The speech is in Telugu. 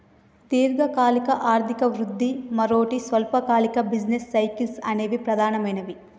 దీర్ఘకాలిక ఆర్థిక వృద్ధి, మరోటి స్వల్పకాలిక బిజినెస్ సైకిల్స్ అనేవి ప్రధానమైనవి